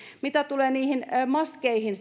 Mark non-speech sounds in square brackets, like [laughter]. mitä tulee maskeihin [unintelligible]